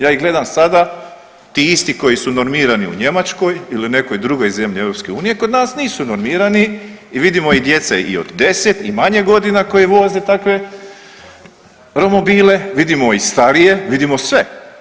Ja ih gledam sada, ti isti koji su normirani u Njemačkoj ili nekoj drugoj zemlji EU, kod nas nisu normirani i vidimo i djece i od 10 i manje godina koji voze takve romobile, vidimo i starije, vidimo sve.